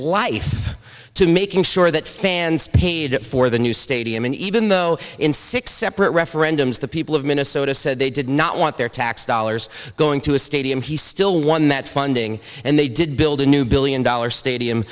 life to making sure that fans paid for the new stadium and even though in six separate referendums the people of minnesota said they did not want their tax dollars going to a stadium he still won that funding and they did build a new billion dollar stadium